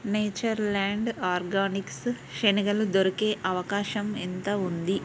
nature land organics శెనగలు దొరికే అవకాశం ఎంత ఉంది